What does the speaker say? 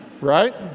Right